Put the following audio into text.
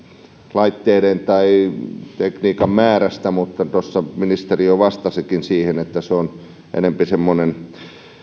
laitteiden tai tekniikan määrästä mutta tuossa ministeri jo vastasikin siihen että se on enempi semmoinen